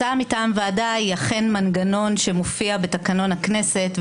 הצעה מטעם ועדה היא אכן מנגנון שמופיע בתקנון הכנסת,